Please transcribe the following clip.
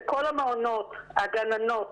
בכל המעונות הגננות